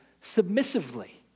submissively